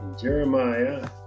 Jeremiah